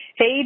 Hey